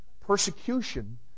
persecution